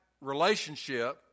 relationship